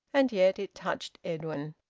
and yet it touched edwin.